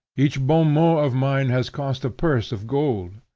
each bon-mot of mine has cost a purse of gold.